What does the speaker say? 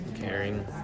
caring